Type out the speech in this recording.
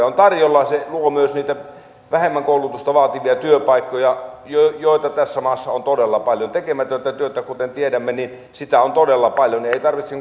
on tarjolla se luo myös niitä vähemmän koulutusta vaativia työpaikkoja joita joita tässä maassa on todella paljon tekemätöntä työtä kuten tiedämme on todella paljon ei tarvitse